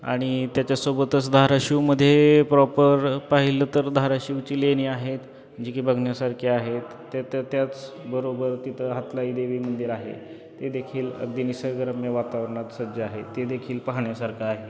आणि त्याच्यासोबतच धाराशिवमध्ये प्रॉपर पाहिलं तर धाराशिवची लेणी आहेत जी की बघण्यासारखी आहेत त्या त्या त्याच बरोबर तिथं हातलाई देवी मंदिर आहे ते देखील अगदी निसर्गरम्य वातावरणात सज्ज आहे ते देखील पाहण्यासारखं आहे